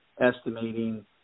estimating